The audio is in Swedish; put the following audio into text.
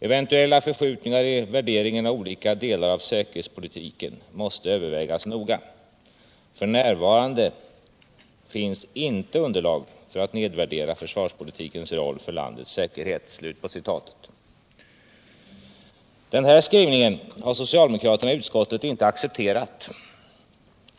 Eventuella förskjutningar i värderingen av olika delar av säkerhetspolitiken måste övervägas noga. F.n. finns inte underlag för att nedvärdera försvarspolitikens roll för landets säkerhet.” Denna skrivning har socialdemokraterna i utskottet inte accepterat.